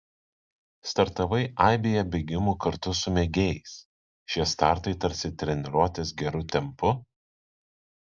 startavai aibėje bėgimų kartu su mėgėjais šie startai tarsi treniruotės geru tempu